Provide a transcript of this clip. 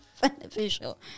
beneficial